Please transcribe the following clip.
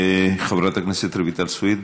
חברת הכנסת רויטל סויד,